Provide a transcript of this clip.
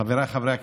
חבריי חברי הכנסת,